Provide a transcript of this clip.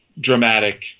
dramatic